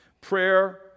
prayer